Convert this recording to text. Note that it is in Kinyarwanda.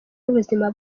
n’ubuzima